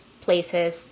places